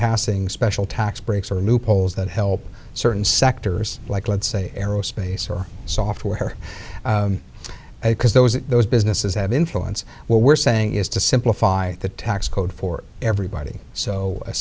passing special tax breaks or loopholes that help certain sectors like let's say aerospace or software because those those businesses have influence what we're saying is to simplify the tax code for everybody so a